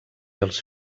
els